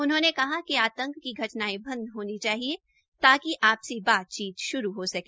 उन्होंने कहा कि आतंक की घटनाएं बंद होनी चाहिए ताकि आपसी बातचीत शुरू हो सके